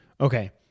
Okay